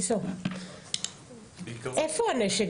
איפה הנשק?